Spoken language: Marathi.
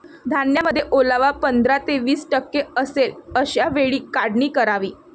धान्यामध्ये ओलावा पंधरा ते वीस टक्के असेल अशा वेळी काढणी करावी